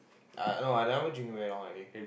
uh no I never gym very long already